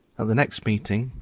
at the next meeting,